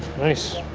nice!